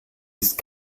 ist